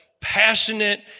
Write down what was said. passionate